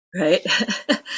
Right